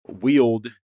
wield